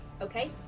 Okay